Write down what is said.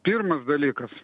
pirmas dalykas